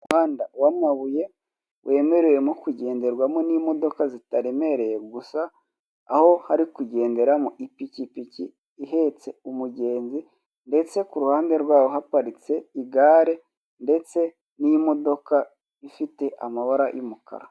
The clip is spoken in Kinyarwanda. Umuhanda w'amabuye wemerewe no kugenderwamo imodoka zitaremereye gusa, aho hari kugenderamo ipikipiki ihetse umugenzi ndetse ku ruhande rwayo haparitse igare ndetse n'imodoka ifite amabara y'umukara.